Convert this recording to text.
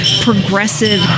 progressive